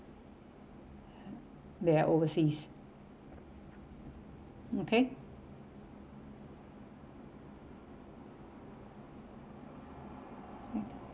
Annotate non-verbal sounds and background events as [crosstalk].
they are overseas okay [noise]